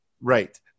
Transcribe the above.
Right